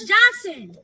Johnson